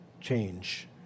change